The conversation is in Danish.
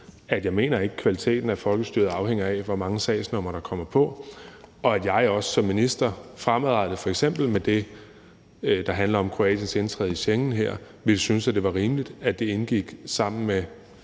at jeg ikke mener, at kvaliteten af folkestyret afhænger af, hvor mange sagsnumre der kommer på, og at jeg også som minister fremadrettet – f.eks. med det, der her handler om kroatisk indtræden i Schengen – ville synes, at det var rimeligt, at det indgik sammen med